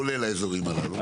כולל האזורים האלה?